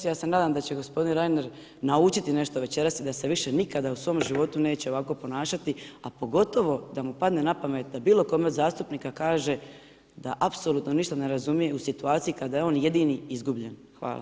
Ja se nadam da će gospodin Reiner naučiti nešto večeras i da se više nikada u svom životu neće ovako ponašati, a pogotovo da mu padne na pamet da bilo kome od zastupnika kaže da apsolutno ništa ne razumije u situaciji kada je on jedini izgubljen.